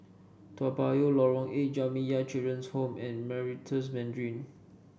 Toa Payoh Lorong Eight Jamiyah Children's Home and Meritus Mandarin